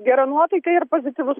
gera nuotaika ir pozityvus